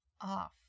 off